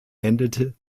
endete